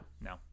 no